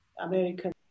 American